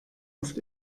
oft